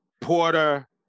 Porter